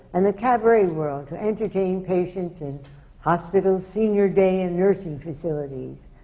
and the cabaret world to entertain patients in hospitals, senior day and nursing facilities,